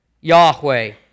Yahweh